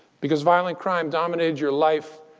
because violent crime dominated your life,